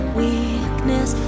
weakness